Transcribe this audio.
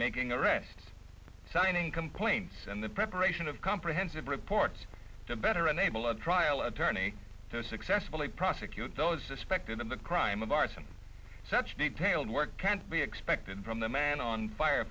making arrests signing complaints and the preparation of comprehensive reports to better enable a trial attorney to successfully prosecute those suspected of the crime of arson such detailed work can't be expected from the man on fire